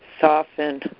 soften